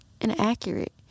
inaccurate